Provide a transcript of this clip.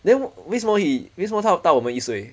then 为什么 he 为什么他有大我们一岁